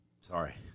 Sorry